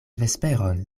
vesperon